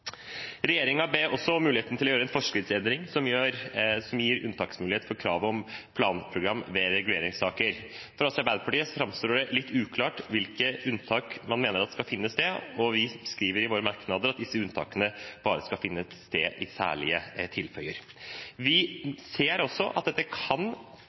ber også om mulighet til å gjøre en forskriftsendring som gir unntaksmulighet fra kravet om planprogram for reguleringsplaner. For oss i Arbeiderpartiet framstår det litt uklart hvilke unntak man mener skal finne sted, og vi skriver i våre merknader at disse unntakene bare skal finne sted i særlige tilfeller. Vi ser også at dette kan,